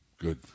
good